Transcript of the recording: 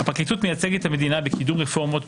הפרקליטות מייצגת את המדינה בקידום רפורמות,